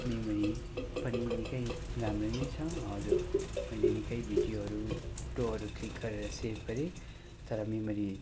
memory पनि निक्कै राम्रै नै छ हजुर मैले निक्कै भिडियोहरू फोटोहरू क्लिक गरेर सेभ गरेँ तर मेमोरी